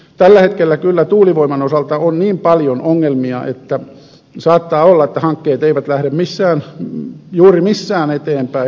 tällä hetkellä kyllä tuulivoiman osalta on niin paljon ongelmia että saattaa olla että hankkeet eivät lähde juuri missään eteenpäin